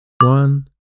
One